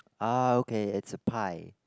ah okay it's a pie